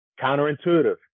counterintuitive